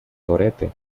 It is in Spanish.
torete